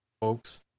folks